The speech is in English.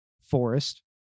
forest